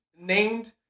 named